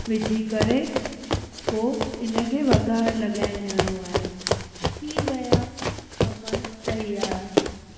विझी करे पोइ हिनखे वघार लॻाए ॾियणो आहे थी विया खमण तयार